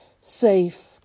safe